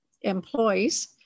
employees